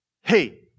hey